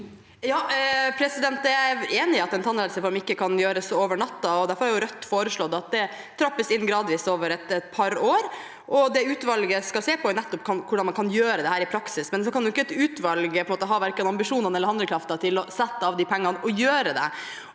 (R) Jeg er enig i at en tannhelsereform ikke kan innføres over natten. Derfor har Rødt foreslått at det trappes opp gradvis over et par år. Det utvalget skal se på, er nettopp hvordan man kan gjøre dette i praksis. Så har jo ikke et utvalg verken ambisjoner eller handlekraften til å sette av de pengene og gjøre det.